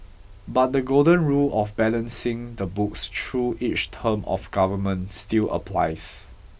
but the golden rule of balancing the books through each term of government still applies